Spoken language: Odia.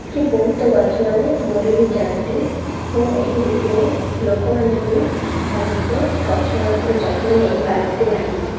କି ବହୁତ ଗଛମାନେ ମରି ବି ଯାଆନ୍ତି ଏବଂ ଏହି ଋତୁରେ ଲୋକମାନେ ବି ଭଲସେ ଗଛମାନଙ୍କର ଯତ୍ନ ନେଇପାରନ୍ତି ନାହିଁ